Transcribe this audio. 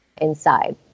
inside